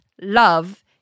love